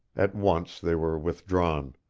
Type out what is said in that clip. at once they were withdrawn.